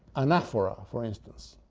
anaphora, for instance,